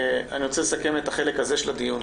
אני רוצה לסכם את החלק הזה של הדיון,